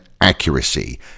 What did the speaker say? accuracy